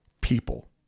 people